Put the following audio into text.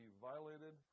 violated